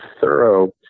thorough